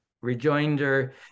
rejoinder